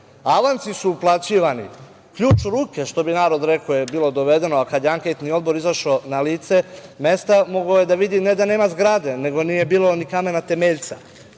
avansi su uplaćivani, „ključ u ruke“, što bi narod rekao, je bilo dovedeno, a kada je anketni odbor izašao na lice mesta, mogao je da vidi ne da nema zgrade, nego da nije bilo ni kamena temeljca. Danas